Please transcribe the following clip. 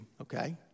okay